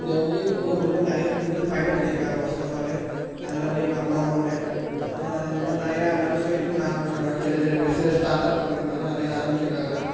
இந்த உதவிக்குழு மூலயமா நிறையா பெண்கள் பயனடைஞ்சுருக்காங்க ஃபஸ்ட் ஆஃப் ஆலு அதில் வந்து எங்கள் அம்மா ஒன்று அதை மாதிரி நிறையா எல்லோரும் சுயத்தொழில் ஆரம்பிச்சுருக்காங்க சின்ன சின்ன பிஸ்னஸ் ஸ்டார்ட் அப் கம்பெனி மாதிரிலாம் நிறையா ஆரம்பிச்சுருக்காங்க